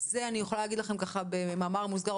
אני יכולה להגיד לכם במאמר מוסגר,